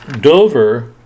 Dover